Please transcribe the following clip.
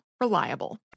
reliable